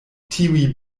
tiuj